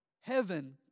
heaven